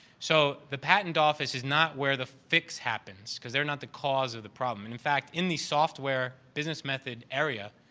so, the patent office is not where the fix happens because they're not the cause of the problem. and in fact, in the software business method area,